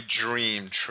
dream